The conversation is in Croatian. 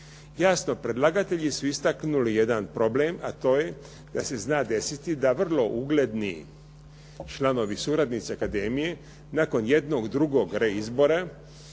Jasno, predlagatelji su istaknuli jedan problem, a to je da se zna desiti da vrlo ugledni članovi suradnici akademije nakon jednog, drugog reizbora